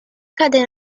cade